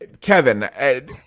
Kevin